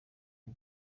iki